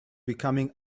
becoming